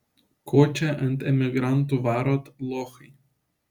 ko čia ant emigrantų varot lochai